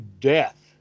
death